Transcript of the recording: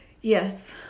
Yes